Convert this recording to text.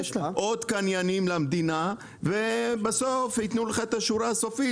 עוד קניינים למדינה ובסוף ייתנו לך את השורה הסופית